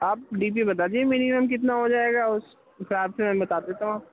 آپ ڈی پی بتا دیجیے مینیمم کتنا ہو جائے گا اُس حساب سے میں بتا دیتا ہوں